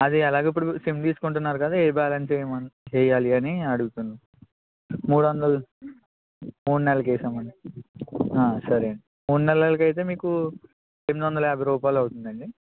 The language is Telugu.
అది ఎలాగో ఇప్పుడు సిమ్ తీసుకుంటున్నారు కదా ఏ బ్యాలెన్సు వేయవేయాలి అని అడుగుతున్నాను మూడు వందలు మూడు నెలలకి వేయమంటారా సరే అండి మూడు నెలలకు అయితే మీకు ఎనిమిది వందల యాభై రూపాయిలు అవుతుంది అండి